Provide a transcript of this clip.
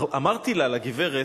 אמרתי לה, לגברת,